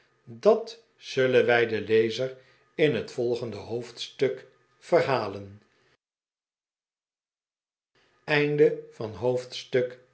dat zullen wij den lezer in het volgende hoofdstuk verhalen hoofdstuk